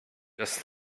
just